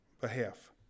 behalf